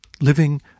living